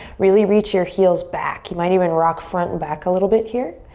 really reach your heels back. you might even rock front and back a little bit here.